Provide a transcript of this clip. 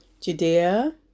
Judea